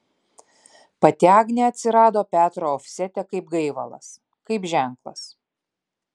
pati agnė atsirado petro ofsete kaip gaivalas kaip ženklas